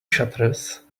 shutters